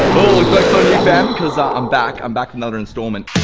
oh jokes on you fam caz ah i'm back. i'm back for another instalment.